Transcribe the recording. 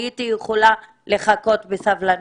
הייתי יכולה לחכות בסבלנות.